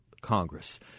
Congress